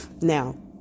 Now